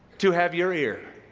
to have your ear.